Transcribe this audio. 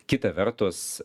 kita vertus